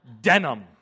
denim